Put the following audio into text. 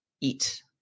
eat